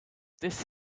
this